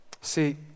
See